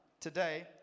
Today